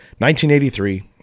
1983